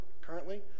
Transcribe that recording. currently